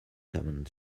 kamen